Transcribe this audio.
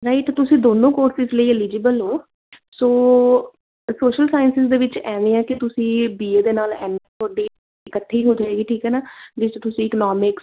ਨਹੀਂ ਤਾਂ ਤੁਸੀਂ ਦੋਨੋਂ ਕੋਰਸਿਸ ਲਈ ਅਲੀਜੀਬਲ ਹੋ ਸੋ ਸ਼ੋਸ਼ਲ ਸਾਇੰਸ ਦੇ ਵਿੱਚ ਐਵੇਂ ਆ ਕਿ ਤੁਸੀਂ ਬੀ ਏ ਦੇ ਨਾਲ ਐੱਮ ਏ ਤੁਹਾਡੀ ਇਕੱਠੀ ਹੋ ਜਾਏਗੀ ਠੀਕ ਹੈ ਨਾ ਜਿਸ 'ਚ ਤੁਸੀਂ ਇਕਨੋਮਿਕਸ